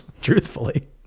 truthfully